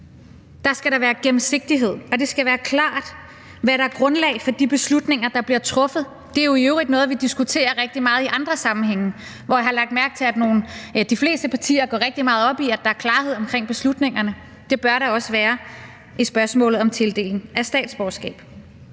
skal der være gennemsigtighed, og det skal være klart, hvad der er grundlag for de beslutninger, der bliver truffet. Det er jo i øvrigt noget, vi diskuterer rigtig meget i andre sammenhænge, hvor jeg har lagt mærke til, at de fleste partier går rigtig meget op i, at der er klarhed om beslutningerne. Det bør der også være i spørgsmålet om tildeling af statsborgerskab.